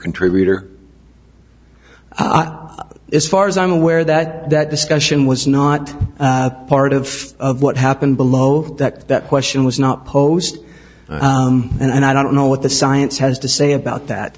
contributor it's far as i'm aware that that discussion was not part of of what happened below that that question was not posed and i don't know what the science has to say about